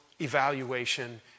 evaluation